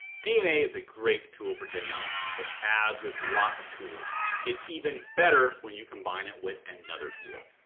dna is a great tool for genealogy, but as with lots of tools it's even better when you combine it with another tool.